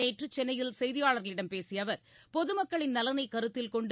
நேற்று சென்னையில் செய்தியாளர்களிடம் பேசிய அவர் பொதுமக்களின் நலனை கருத்தில் கொண்டு